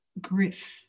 Griff